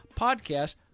podcast